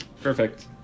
Perfect